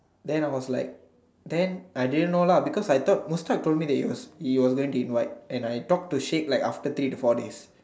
then I was like then I didn't know lah because I thought Mustak told me that he was he was going to invite and I talk to shake like after three to four days